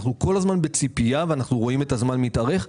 אנחנו כל הזמן בציפייה ואנחנו רואים את הזמן מתמשך.